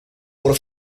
por